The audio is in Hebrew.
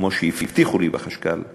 כמו שהבטיחו לי אצל החשכ"ל,